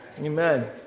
Amen